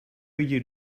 you